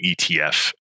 ETF